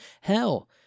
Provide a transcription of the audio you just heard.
hell